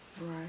Right